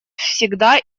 всегда